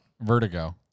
Vertigo